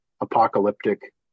apocalyptic